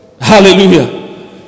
Hallelujah